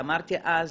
ואמרתי אז,